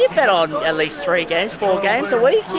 bet on at least three games, four games a week. yeah